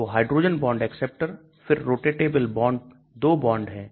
तो hydrogen bond acceptor फिर rotatable bond 2 bond है